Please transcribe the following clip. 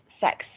sex